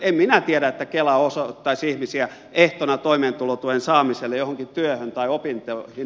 en minä tiedä että kela osoittaisi ihmisiä ehtona toimeentulotuen saamiselle johonkin työhön tai opintoihin